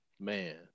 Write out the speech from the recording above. man